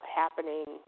happening